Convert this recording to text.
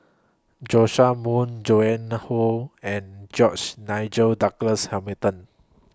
Joash Moo Joan Hon and George Nigel Douglas Hamilton